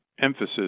emphasis